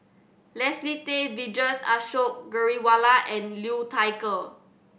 Leslie Tay Vijesh Ashok Ghariwala and Liu Thai Ker